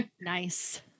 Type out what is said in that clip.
Nice